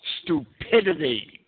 stupidity